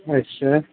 اچھا